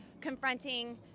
confronting